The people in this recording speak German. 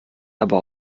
aber